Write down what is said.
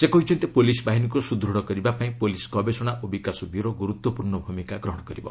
ସେ କହିଛନ୍ତି ପୁଲିସବାହିନୀକୁ ସୁଦୃଢ଼ କରିବା ପାଇଁ ପୁଲିସ ଗବେଷଣା ଓ ବିକାଶ ବ୍ୟୁରୋ ଗୁରୁତ୍ୱପୂର୍ଣ୍ଣ ଭୂମିକା ଗ୍ରହଣ କରିବ